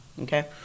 okay